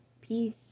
peace